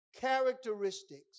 characteristics